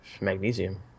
magnesium